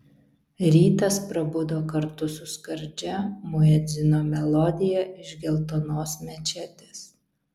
rytas prabudo kartu su skardžia muedzino melodija iš geltonos mečetės